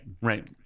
right